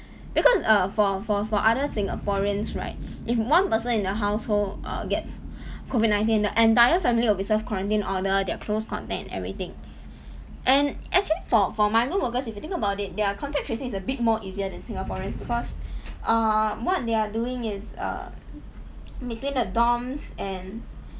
because err for for for other singaporeans right if one person in the household err gets COVID nineteen the entire family will be self quarantine order their close contact and everything and actually for for migrant workers if you think about it their contract tracing is a bit more easier than singaporeans because uh what they are doing is uh between the dorms and